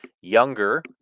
younger